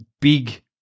big